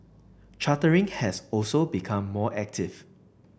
chartering has also become more active